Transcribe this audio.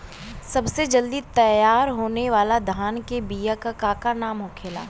सबसे जल्दी तैयार होने वाला धान के बिया का का नाम होखेला?